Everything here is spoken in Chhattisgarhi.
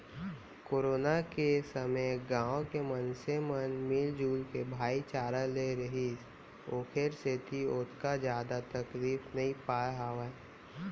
कोरोना के समे गाँव के मनसे मन मिलजुल के भाईचारा ले रिहिस ओखरे सेती ओतका जादा तकलीफ नइ पाय हावय